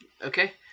Okay